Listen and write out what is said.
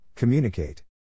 Communicate